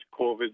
Covid